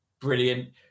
Brilliant